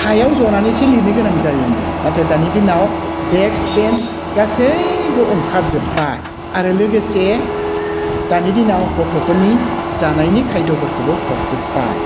हायाव जनानैसो लिरनो गोनां जायोमोन नाथाय दानि दिनाव डेक्स बेन्स गासैबो ओंखारजोब्बाय आरो लोगोसे दानि दिनाव गथ'फोरनि जानायनि खायद'फोरखौबो हरजोब्बाय